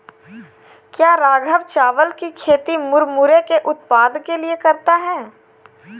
क्या राघव चावल की खेती मुरमुरे के उत्पाद के लिए करता है?